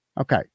Okay